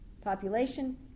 population